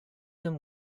him